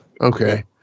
Okay